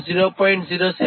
85410 12ln20